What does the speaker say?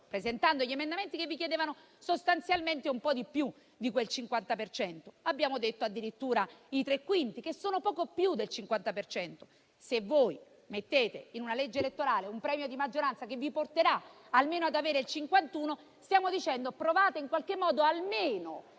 presentando emendamenti che vi chiedevano sostanzialmente un po' di più di quel 50 per cento. Abbiamo detto addirittura i tre quinti, che sono poco più del 50 per cento. Se voi mettete in una legge elettorale un premio di maggioranza che vi porterà almeno ad avere il 51 per cento, proverete in qualche modo almeno